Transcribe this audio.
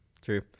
true